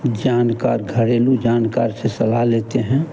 जानकार घरेलू जानकार से सलाह लेते हैं